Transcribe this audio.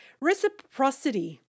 reciprocity